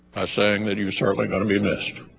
as saying that you surely going to be missed